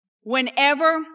whenever